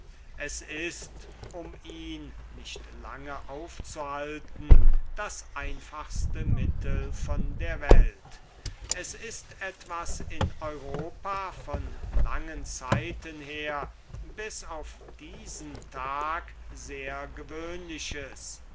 es ist um ihn nicht lange aufzuhalten das simpelste mittel von der welt es ist etwas in europa von langen zeiten her bis auf diesen tag sehr gewöhnliches